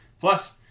Plus